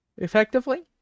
effectively